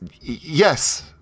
yes